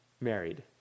married